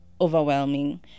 overwhelming